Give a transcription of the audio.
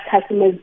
customers